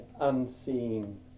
unseen